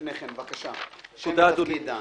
לפני כן, בבקשה, דן.